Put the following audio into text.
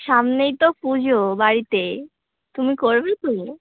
সামনেই তো পুজো বাড়িতে তুমি করবে তো